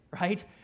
right